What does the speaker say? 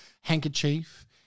handkerchief